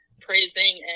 praising